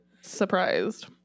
surprised